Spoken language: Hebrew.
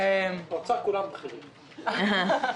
יושבת מאחור.